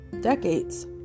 decades